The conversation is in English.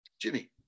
Jimmy